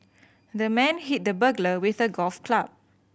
the man hit the burglar with a golf club